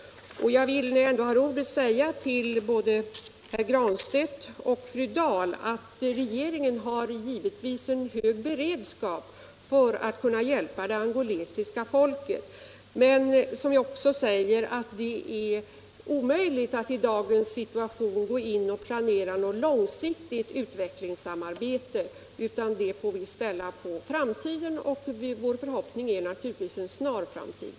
Jag vill, när jag ändå har ordet, säga både till herr Granstedt och till fru Dahl att regeringen givetvis har en hög beredskap för att kunna hjälpa det angolanska folket. Men det är, som vi också säger, omöjligt att i dagens situation gå in och planera något långsiktigt utvecklingssamarbete. Det får vi ställa på framtiden — och vår förhoppning är naturligtvis att det blir en snar framtid.